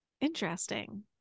interesting